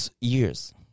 years